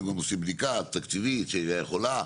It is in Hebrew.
הם גם עושים בדיקה תקציבית שהיא יכולה.